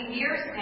years